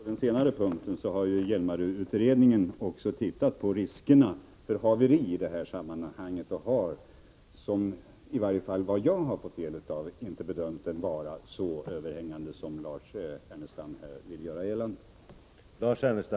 Herr talman! Vad beträffar den senare punkten har Hjälmareutredningen också tittat på riskerna för haveri i det här sammanhanget, och har — i varje fall såvitt jag kan se av det som jag fått ta del av — inte bedömt dessa risker vara så överhängande som Lars Ernestam vill göra gällande.